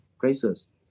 places